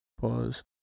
pause